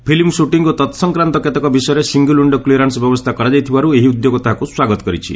film shooting ଓ ତତ୍ସଂକ୍ରାନ୍ତ କେତେକ ବିଷୟରେ ସିଙ୍ଗିଲ୍ ୱିକ୍ଷୋ କ୍ଲିୟରାନ୍ନ ବ୍ୟବସ୍ଥା କରାଯାଇଥିବାରୁ ଏହି ଉଦ୍ୟୋଗ ତାହାକୁ ସ୍ୱାଗତ କରିଛି